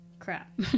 crap